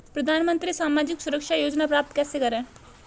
प्रधानमंत्री सामाजिक सुरक्षा योजना प्राप्त कैसे करें?